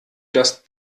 das